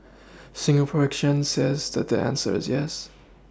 Singapore exchange says that the answer is yes